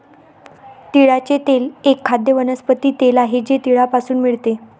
तिळाचे तेल एक खाद्य वनस्पती तेल आहे जे तिळापासून मिळते